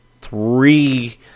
three